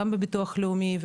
גם בביטוח לאומי,